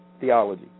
theology